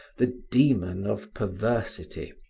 the demon of perversity,